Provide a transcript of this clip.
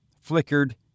flickered